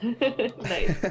Nice